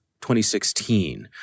2016